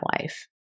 life